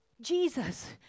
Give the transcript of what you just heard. Jesus